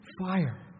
fire